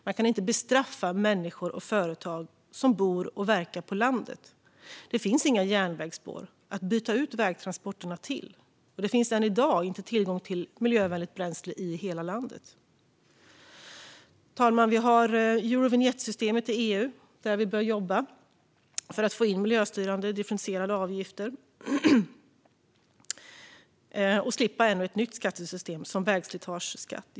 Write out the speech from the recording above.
Man kan inte bestraffa människor och företag som bor och verkar på landet. Det finns inga järnvägsspår att byta ut vägtransporterna mot, och det finns än i dag inte tillgång till miljövänligt bränsle i hela landet. Fru talman! Vi har Eurovinjettsystemet i EU, där vi bör jobba för att få in miljöstyrande, differentierade avgifter och slippa ännu ett nytt skattesystem som vägslitageskatten.